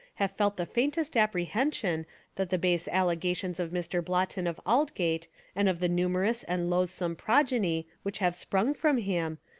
have felt the faintest apprehension that the base allegations of mr. blotton of aldgate and of the numerous and loathsome progeny which have sprung from him,